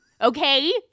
Okay